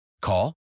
Call